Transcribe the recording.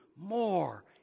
more